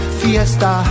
fiesta